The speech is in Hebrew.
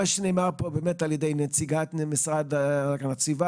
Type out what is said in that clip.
מה שנאמר פה על ידי נציגת המשרד להגנת הסביבה,